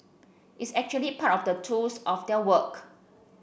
it's actually part of the tools of their work